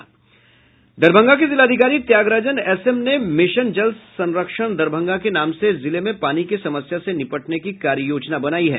दरभंगा के जिलाधिकारी Thiyagarajan S M ने मिशन जल संरक्षण दरभंगा के नाम से जिले में पानी की समस्या से निपटने की कार्ययोजना बनाई है